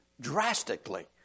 drastically